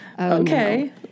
Okay